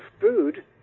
food